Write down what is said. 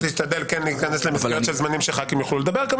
רק תשתדל להיכנס למסגרת של זמנים כדי שחברי הכנסת יוכלו לדבר.